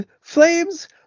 Flames